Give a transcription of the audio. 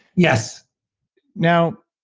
yes now